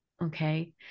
okay